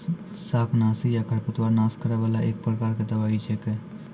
शाकनाशी या खरपतवार नाश करै वाला एक प्रकार के दवाई छेकै